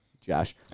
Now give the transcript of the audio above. Josh